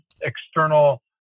external